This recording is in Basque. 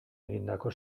egindako